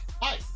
Hi